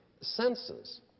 senses